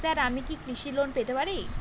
Sir আমি কি কৃষি লোন পেতে পারি?